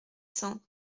cents